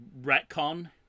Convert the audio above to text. retcon